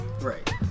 Right